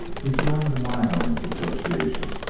he joined the mine-owners' association,